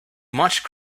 much